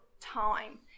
time